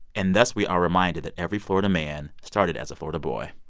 and thus, we are reminded that every florida man started as a florida boy.